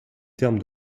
terme